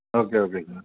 okay ஓகேங்க sir